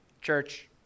Church